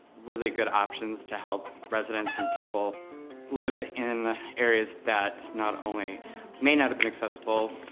really good options to help residents and people live in areas that not only may not have been accessible,